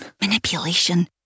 Manipulation